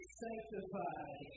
sanctified